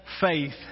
faith